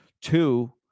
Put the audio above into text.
Two